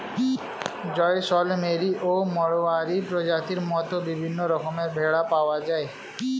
জয়সলমেরি ও মাড়োয়ারি প্রজাতির মত বিভিন্ন রকমের ভেড়া পাওয়া যায়